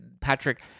Patrick